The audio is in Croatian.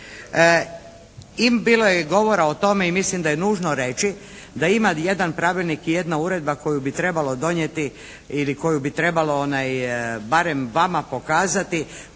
Bilo je govora o time i mislim da je nužno reći da ima jedan pravilnik i jedna uredba koju bi trebalo donijeti ili koju bi trebalo barem vama pokazati